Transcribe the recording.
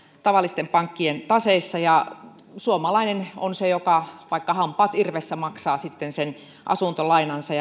tavallisten pankkien taseissa ja suomalainen on se joka vaikka hampaat irvessä maksaa sitten sen asuntolainansa